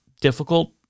difficult